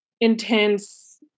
intense